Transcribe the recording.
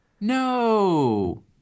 no